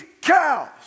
cows